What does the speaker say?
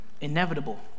Inevitable